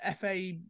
FA